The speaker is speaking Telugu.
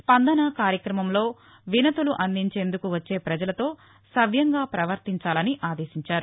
స్పందన కార్యక్రమంలో వినతులు అందించేందుకు వచ్చే పజలతో సవ్యంగా పవర్తించాలని ఆదేశించారు